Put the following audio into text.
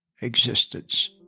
existence